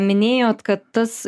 minėjot kad tas